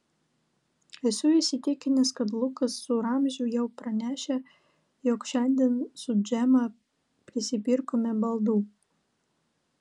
esu įsitikinęs kad lukas su ramziu jau pranešė jog šiandien su džema prisipirkome baldų